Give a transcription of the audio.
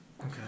Okay